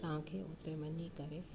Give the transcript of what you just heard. तव्हांखे हुते वञी करे